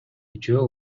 үчөө